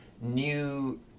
new